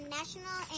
National